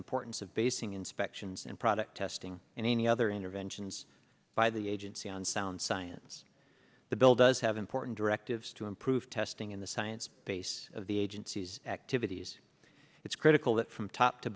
importance of basing inspections and product testing and any other interventions by the agency on sound science the bill does have important directives to improve testing in the science base of the agency's activities it's critical that from top to